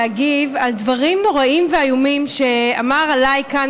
להגיב על דברים נוראיים ואיומים שאמרו עליי כאן,